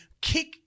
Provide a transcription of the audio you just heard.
kick